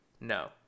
no